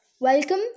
welcome